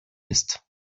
ist